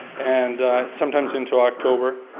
and sometimes into october.